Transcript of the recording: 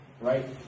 right